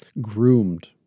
groomed